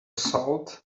salt